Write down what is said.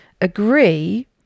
agree